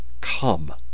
come